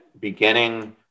beginning